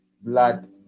blood